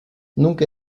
nunca